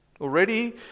Already